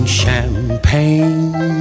champagne